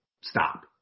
stop